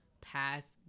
past